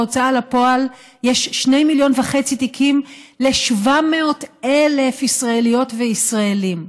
בהוצאה לפועל יש 2.5 מיליון תיקים ל-700,000 ישראליות וישראלים.